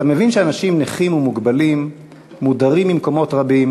אתה מבין שאנשים נכים ומוגבלים מודרים ממקומות רבים,